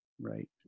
Right